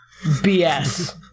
BS